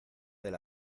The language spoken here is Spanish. del